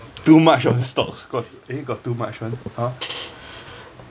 too much on stocks got eh got too much [one] !huh!